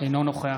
אינו נוכח